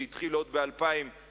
שהתחיל עוד ב-2003,